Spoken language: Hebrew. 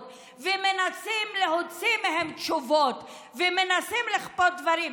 ומנסים להוציא מהם תשובות ומנסים לכפות דברים.